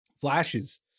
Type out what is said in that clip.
flashes